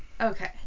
Okay